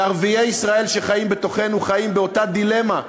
וערביי ישראל שחיים בתוכנו חיים באותה דילמה,